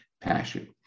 passion